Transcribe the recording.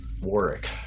Warwick